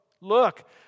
look